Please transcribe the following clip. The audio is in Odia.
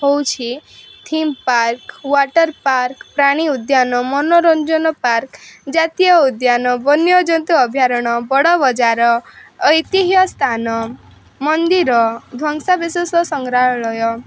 ହଉଛି ଥିମ୍ ପାର୍କ ୱାଟର୍ ପାର୍କ ପ୍ରାଣୀ ଉଦ୍ୟାନ ମନୋରଞ୍ଜନ ପାର୍କ ଜାତୀୟ ଉଦ୍ୟାନ ବନ୍ୟଜନ୍ତୁ ଅଭୟାରଣ୍ୟ ବଡ଼ ବଜାର ଐତିହ୍ୟସ୍ଥାନ ମନ୍ଦିର ଧ୍ୱଂସାବିଶେଷ ସଂଗ୍ରହାଳୟ